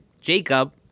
Jacob